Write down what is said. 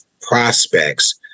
prospects